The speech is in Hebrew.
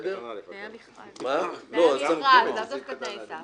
תנאי המכרז, לאו דווקא תנאי סף.